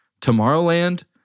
Tomorrowland